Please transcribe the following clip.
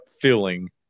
feeling